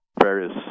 various